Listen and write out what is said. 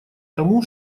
тому